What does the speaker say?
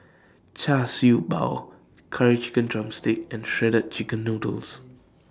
Char Siew Bao Curry Chicken Drumstick and Shredded Chicken Noodles